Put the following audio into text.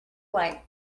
like